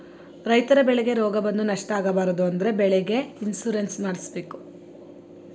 ರೈತರ ಬೆಳೆಗೆ ರೋಗ ಬಂದು ನಷ್ಟ ಆಗಬಾರದು ಅಂದ್ರೆ ಬೆಳೆಗೆ ಇನ್ಸೂರೆನ್ಸ್ ಮಾಡ್ದಸ್ಸಬೇಕು